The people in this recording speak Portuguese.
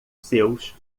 seus